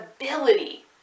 ability